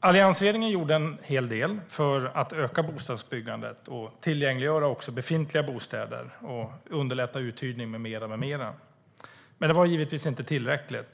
Alliansregeringen gjorde en hel del för att öka bostadsbyggandet, tillgängliggöra befintliga bostäder, underlätta uthyrning med mera. Men det var givetvis inte tillräckligt.